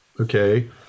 Okay